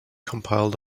compiled